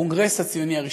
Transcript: הקונגרס הציוני הראשון.